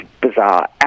bizarre